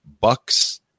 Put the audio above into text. Bucks